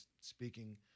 speaking